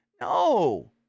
No